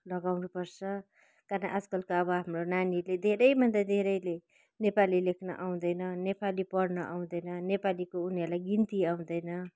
लगाउनु पर्छ तर आजकल त अब हाम्रो नानीहरूले धेरैभन्दा धेरैले नेपाली लेख्न आउँदैन नेपाली पढ्न आउँदैन नेपालीको उनीहरूलाई गिन्ती आउँदैन